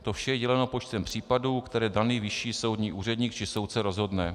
To vše děleno počtem případů, které daný vyšší soudní úředník či soudce rozhodne.